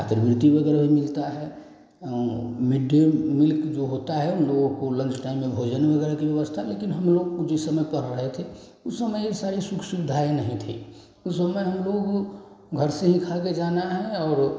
छात्रवृत्ति वग़ैरह भी मिलती है मिड डे मील जो होता है उन लोगों को लन्च टाइम में भोजन वग़ैरह की व्यवस्था लेकिन हमलोग जिस समय पढ़ रहे थे उस समय यह सारी सुख सुविधाएँ नहीं थीं उस समय हमलोग घर से ही खाकर जाना है और